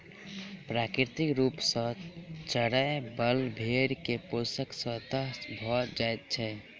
प्राकृतिक रूप सॅ चरय बला भेंड़ के पोषण स्वतः भ जाइत छै